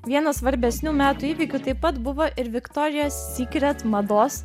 vienas svarbesnių metų įvykių taip pat buvo ir viktorijos sikret mados